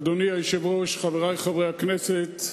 אדוני היושב-ראש, חברי חברי הכנסת,